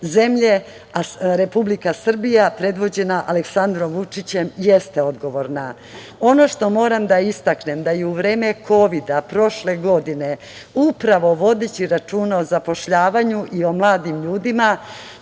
zemlje, a Republika Srbija, predvođena Aleksandrom Vučićem, jeste odgovorna. Ono što moram da istaknem jeste da je u vreme kovida prošle godine, upravo vodeći računa o zapošljavanju i o mladim ljudima,